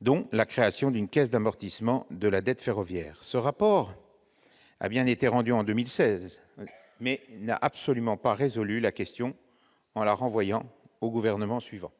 notamment la création d'une caisse d'amortissement de la dette ferroviaire. Ce rapport a bien été rendu en 2016, mais il n'a absolument pas résolu la question, la renvoyant au gouvernement suivant.